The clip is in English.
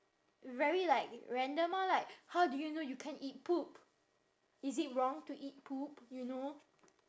very like random ah like how do you know you can't eat poop is it wrong to eat poop you know